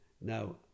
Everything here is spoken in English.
Now